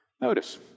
Notice